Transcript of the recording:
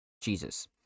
jesus